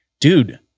dude